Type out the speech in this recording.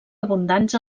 abundants